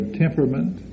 temperament